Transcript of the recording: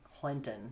Clinton